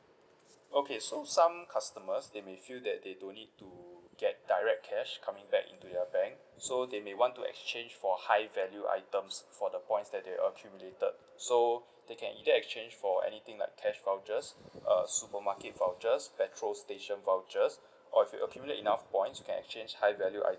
okay so some customers they may feel that they don't need to get direct cash coming back into their bank so they may want to exchange for high value items for the points that they accumulated so they can either exchange for anything like cash vouchers err supermarket vouchers petrol station vouchers or if you accumulate enough points you can exchange high value